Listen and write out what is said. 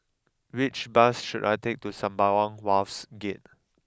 which bus should I take to Sembawang Wharves Gate